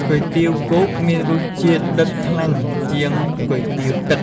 គុយទាវគោកមានរសជាតិ ដិតខ្លាំងជាងគុយទាវទឹក។